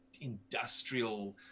industrial